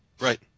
Right